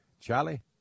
Charlie